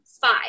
five